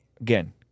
again